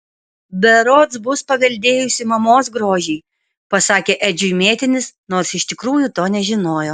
berods bus paveldėjusi mamos grožį pasakė edžiui mėtinis nors iš tikrųjų to nežinojo